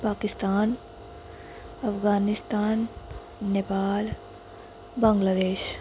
Pakistan Afghanistan Nepal Bangladesh